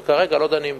וכרגע לא דנים בו.